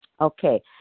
Okay